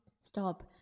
stop